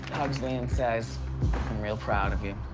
hugs me and says, i'm real proud of you.